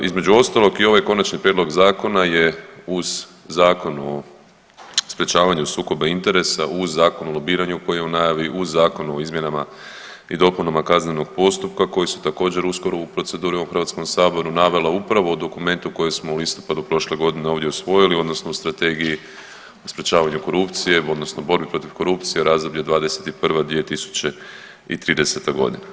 Između ostalog i ovaj konačni prijedlog zakona je uz Zakon o sprječavanju sukoba interesa, uz zakon o lobiranju koji je u najavi, u Zakonu o izmjenama i dopunama kaznenog postupka koji su također uskoro u proceduri u ovom Hrvatskom saboru navela upravo u dokumentu koje smo u listopadu prošle godine ovdje usvojili, odnosno o Strategiji o sprječavanju korupcije, odnosno borbi protiv korupcije u razdoblju 2021.-2030. godina.